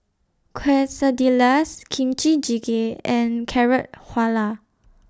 Quesadillas Kimchi Jjigae and Carrot Halwa